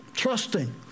Trusting